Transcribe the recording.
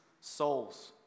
souls